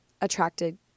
attracted